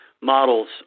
models